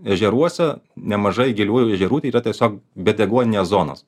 ežeruose nemažai giliųjų ežerų tai yra tiesiog bedeguoninės zonos